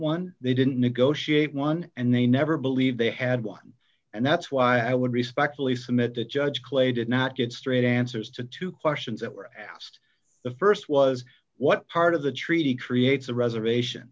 one they didn't negotiate one and they never believed they had one and that's why i would respectfully submit the judge clay did not get straight answers to two questions that were asked the st was what part of the treaty creates a reservation